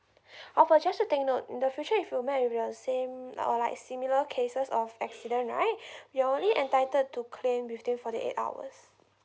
oh but just to take note in the future if you met with your same or like similar cases of accident right you're only entitled to claim within forty eight hours